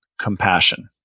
compassion